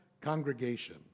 congregation